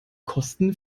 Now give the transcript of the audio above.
kosten